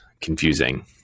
confusing